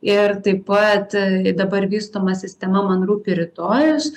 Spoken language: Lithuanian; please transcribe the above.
ir taip pat dabar vystoma sistema man rūpi rytojus